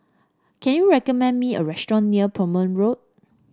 can you recommend me a restaurant near Plumer Road